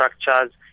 structures